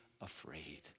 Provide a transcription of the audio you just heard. afraid